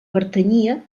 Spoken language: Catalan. pertanyia